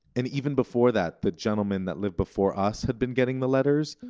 and even before that, the gentleman that lived before us had been getting the letters,